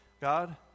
God